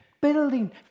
Building